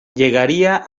llegaría